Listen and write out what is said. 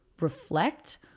reflect